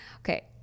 Okay